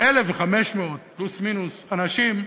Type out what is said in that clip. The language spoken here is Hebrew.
ממנה 1,500, פלוס מינוס, אנשים,